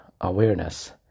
awareness